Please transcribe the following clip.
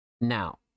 now